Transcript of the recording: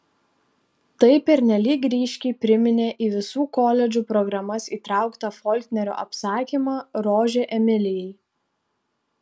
tai pernelyg ryškiai priminė į visų koledžų programas įtrauktą folknerio apsakymą rožė emilijai